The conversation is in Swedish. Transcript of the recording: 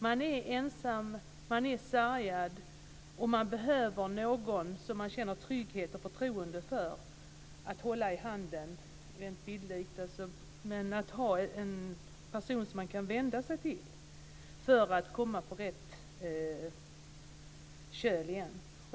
Man är ensam, man är sargad och man behöver någon som man känner trygghet med och förtroende för att hålla i handen, bildligt talat. Man behöver en person som man kan vända sig till för att komma på rätt köl igen.